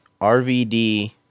RVD